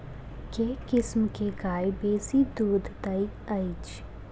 केँ किसिम केँ गाय बेसी दुध दइ अछि?